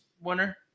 winner